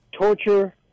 Torture